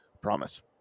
promise